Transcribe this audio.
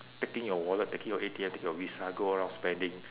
taking your wallet taking your A_T_M taking your visa go around spending